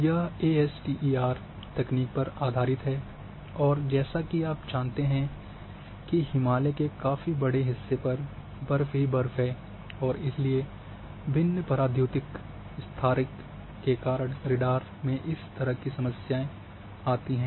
यह एएसटीईआर तकनीक पर आधारित है और जैसा कि आप जानते हैं कि हिमालय के काफ़ी बड़े हिस्से पर बर्फ ही बर्फ है और इसलिए भिन्न पारद्युतिक स्थिरांक के कारण रेडार में इस तरह की समस्या आती है